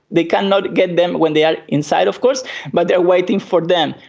they cannot get them when they are inside of course but they are waiting for them.